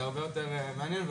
זה הרבה יותר מעניין,